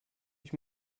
ich